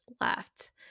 left